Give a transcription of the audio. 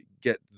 get